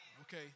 Okay